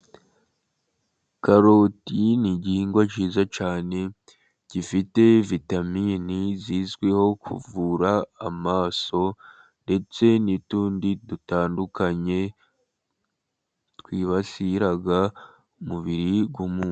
Karoti ni igihingwa cyiza cyane gifite vitamini zizwiho kuvura amaso, ndetse n'utundi dutandukanye twibasira umubiri w'umuntu.